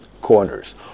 corners